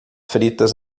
fritas